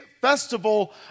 festival